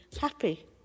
happy